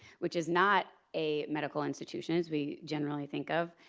which is not a medical institution as we generally think of,